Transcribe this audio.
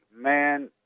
man